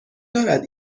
دارد